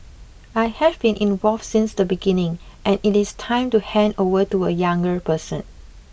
I have been involved since the beginning and it is time to hand over to a younger person